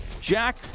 Jack